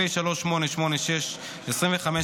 פ/3886/25,